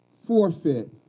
Forfeit